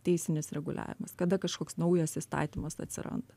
teisinis reguliavimas kada kažkoks naujas įstatymas atsiranda